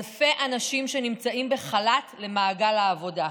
אלפי אנשים שנמצאים בחל"ת, למעגל העבודה,